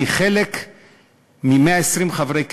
אני חלק מ-120 חברי כנסת,